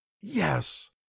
Yes